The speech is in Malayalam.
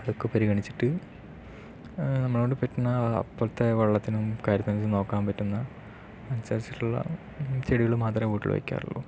അതൊക്കെ പരിഗണിച്ചിട്ട് നമ്മളെ കൊണ്ട് പറ്റുന്ന പോലത്തെ വെള്ളത്തിനും കാര്യത്തിനും നോക്കാൻ പറ്റുന്ന അനുസരിച്ചിട്ടുള്ള ചെടികൾ മാത്രമേ വീട്ടിൽ വെക്കാറുള്ളു